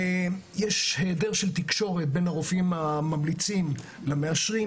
יש היעדר תקשורת בין הרופאים הממליצים למאשרים,